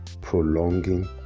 prolonging